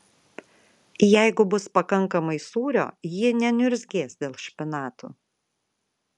jeigu bus pakankamai sūrio ji neniurzgės dėl špinatų